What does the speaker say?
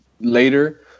later